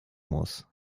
muss